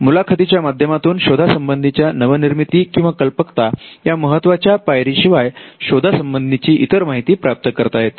मुलाखतीच्या माध्यमातून शोधा संबंधीच्या नवनिर्मिती किंवा कल्पकता या महत्त्वाच्या पायरी शिवाय शोधा संबंधी ची इतर माहिती प्राप्त करता येते